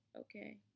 Okay